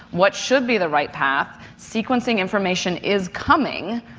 what should be the right path, sequencing information is coming,